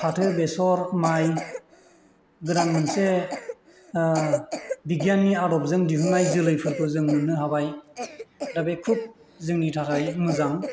फाथो बेसर माइ गोदान मोनसे बिगियाननि आदबजों दिहुननाय जोलैफोरखौ जों मोननो हाबाय दा बे खुब जोंनि थाखाय मोजां